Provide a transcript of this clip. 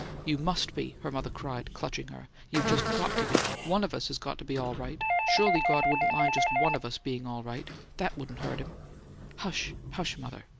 you must be! her mother cried, clutching her. you've just got to be! one of us has got to be all right surely god wouldn't mind just one of us being all right that wouldn't hurt him hush, hush, mother!